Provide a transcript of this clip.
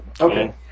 Okay